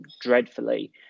dreadfully